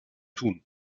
tun